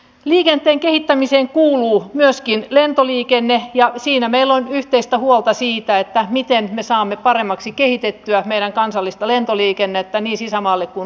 liikenteen kehittämiseen kuuluu myöskin lentoliikenne ja siinä meillä on yhteistä huolta siitä miten me saamme paremmaksi kehitettyä meidän kansallista lentoliikennettämme niin sisämaassa kuin ulkomaillekin